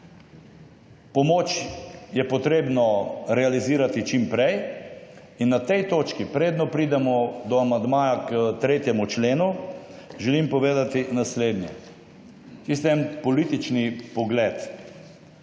Pomoč je potrebno realizirati čim prej in na tej točki predno pridemo do amandmaja k 3. členu želim povedati naslednje, mislim eden politični pogled.